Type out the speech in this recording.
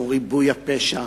לנוכח ריבוי הפשע,